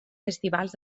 festivals